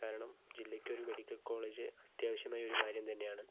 കാരണം ജില്ലയ്ക്ക് ഒരു മെഡിക്കൽ കോളേജ് അത്യാവശ്യമായ കാര്യം തന്നെയാണ്